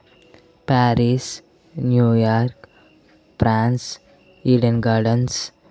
Paris New York France Eden gardens